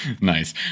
Nice